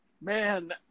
Man